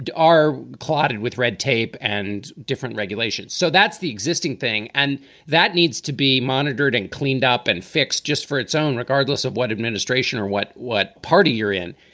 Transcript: are clotted with red tape and different regulations. so that's the existing thing. and that needs to be monitored and cleaned up and fixed just for its own, regardless of what administration or what what party you're in.